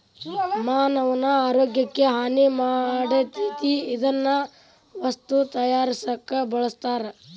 ಮಾನವನ ಆರೋಗ್ಯಕ್ಕ ಹಾನಿ ಮಾಡತತಿ ಇದನ್ನ ವಸ್ತು ತಯಾರಸಾಕು ಬಳಸ್ತಾರ